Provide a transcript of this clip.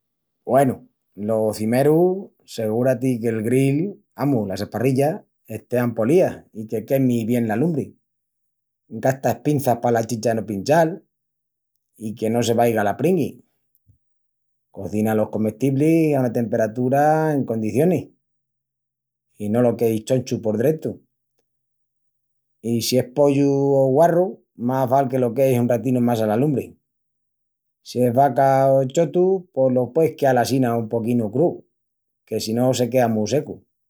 Güenu, lo cimeru, segura-ti que'l grill, amus, las esparrillas, estean polías i que quemi bien la lumbri. Gasta espinças pala chicha no pinchal i que no se vaiga la pringui. Cozina los comestiblis a una temperatura en condicionis, i no lo queis chonchu por drentu. I si es pollu o guarru, más val que lo queis un ratinu más ala lumbri. Si es vaca o chotu pos lo pueis queal assína un poquinu crúu que si no se quea mu secu.